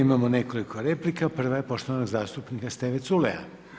Imamo nekoliko replika, prva je poštovanog zastupnika Steve Culeja.